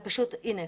--- הנה,